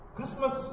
Christmas